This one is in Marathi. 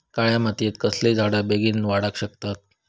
काळ्या मातयेत कसले झाडा बेगीन वाडाक शकतत?